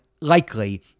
likely